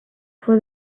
for